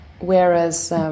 whereas